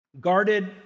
Guarded